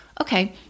Okay